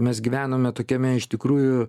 mes gyvenome tokiame iš tikrųjų